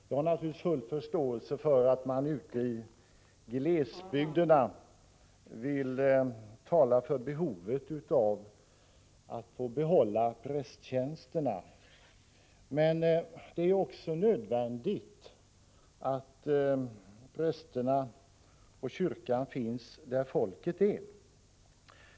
Jag har naturligtvis full förståelse för att man ute i glesbygderna vill tala för behovet av att behålla prästtjänsterna, men det är också nödvändigt att prästerna och kyrkan finns där folket är.